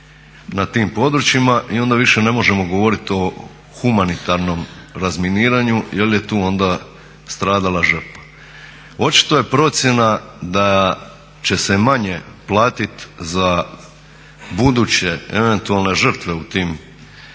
na tim područjima i onda više ne možemo govoriti o humanitarnom razminiranju jel je tu onda stradala žrtva. Očito je procjena da će se manje platit za buduće eventualne žrtve u tim minsko